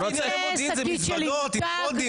חשבתי שענייני מודיעין זה מזוודות עם קודים,